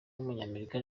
w’umunyamerika